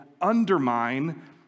undermine